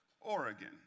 Oregon